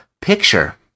picture